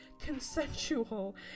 consensual